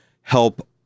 help